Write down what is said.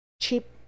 cheap